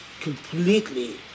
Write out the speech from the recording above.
completely